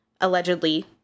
allegedly